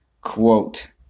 quote